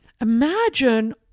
Imagine